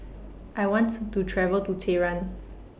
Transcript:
I want to travel to Tehran